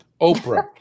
Oprah